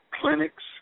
clinics